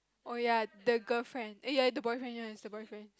oh ya the girlfriend oh ya the boyfriend yes the boyfriend